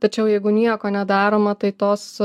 tačiau jeigu nieko nedaroma tai tos